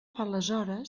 aleshores